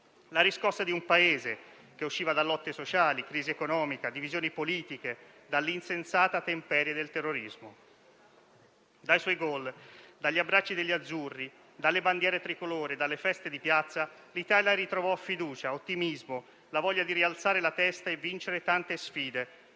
La riscossa di un Paese che usciva da lotte sociali, crisi economica, divisioni politiche, dall'insensata temperie del terrorismo. Dai suoi gol, dagli abbracci degli azzurri, dalle bandiere tricolore, dalle feste di piazza l'Italia ritrovò fiducia, ottimismo, la voglia di rialzare la testa e vincere tante sfide,